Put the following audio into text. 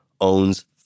owns